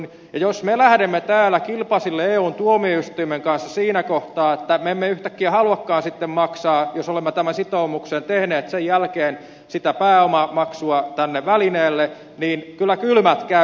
ja jos me lähdemme täällä kilpasille eun tuomioistuimen kanssa siinä kohtaa että me emme yhtäkkiä haluakaan sitten maksaa jos olemme tämän sitoumuksen tehneet sen jälkeen sitä pääomamaksua tänne välineelle niin kyllä kylmät käy